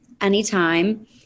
anytime